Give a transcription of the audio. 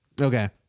Okay